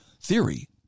theory